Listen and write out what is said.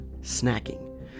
snacking